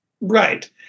Right